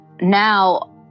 now